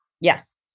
Yes